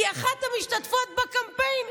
כי אחת המשתתפות בקמפיין,